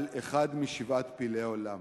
לאחרונה על, היותו אחד משבעת פלאי העולם.